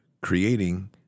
Creating